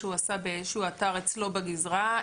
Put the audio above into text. שהוא עשה באיזשהו אתר אצלו בגזרה,